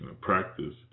practice